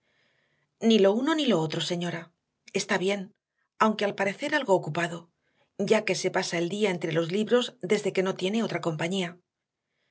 ni lo uno ni lo otro señora está bien aunque al parecer algo ocupado ya que se pasa el día entre los libros desde que no tiene otra compañía